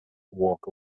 walk